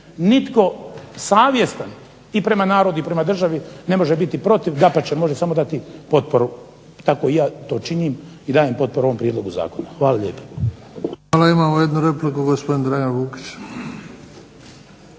niti savjestan i prema narodu i prema državi ne može biti protiv, dapače može samo dati potporu, tako i ja to činim i dajem potporu ovom prijedlogu zakona. Hvala lijepa. **Bebić, Luka (HDZ)** Hvala. Imamo jednu repliku, gospodin Dragan Vukić.